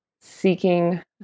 seeking